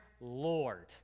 Lord